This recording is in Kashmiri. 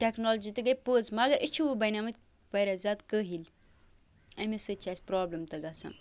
ٹٮ۪کنالجی تہِ گٔے پٔز مگر أسۍ چھِ وۄنۍ بَنیمٕتۍ واریاہ زیادٕ کٲہِل اَمے سۭتۍ چھِ اَسہِ پرٛابلِم تہِ گژھان